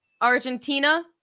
Argentina